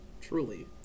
Truly